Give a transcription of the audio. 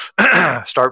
start –